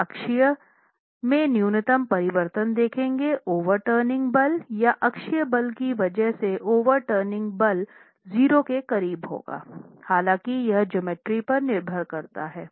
फिर अक्षीय में न्यूनतम परिवर्तन देखेंगे ओवर टर्निंग पल या अक्षीय बल की वजह से ओवर टर्निंग पल 0 के करीब होगा हालाँकि यह ज्योमेट्री पर निर्भर करता है